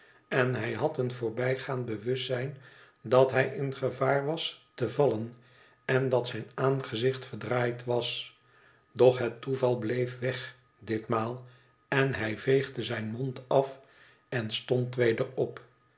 en hij had een voorbijgaand bewustzijn dat hij in gevaar was te vallen en dat zijn aangezicht verdraaid was doch het toeval bleef weg ditmaal en hij veegde zijn mond af en stond weder op